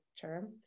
term